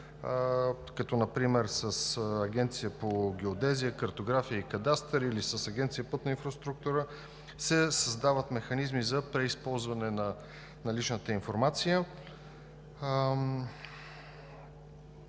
като например с Агенцията по геодезия, картография и кадастър или с Агенцията „Пътна инфраструктура“, се създават механизми за преизползване на наличната информация.